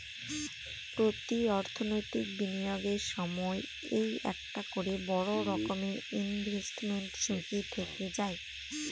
প্রতি অর্থনৈতিক বিনিয়োগের সময় এই একটা করে বড়ো রকমের ইনভেস্টমেন্ট ঝুঁকি থেকে যায়